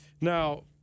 Now